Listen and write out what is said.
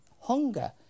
hunger